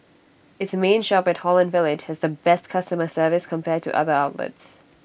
its main shop at Holland village has the best customer service compared to other outlets